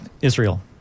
Israel